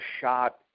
shot